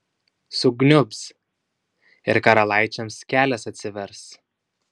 sukniubs ir karalaičiams kelias atsivers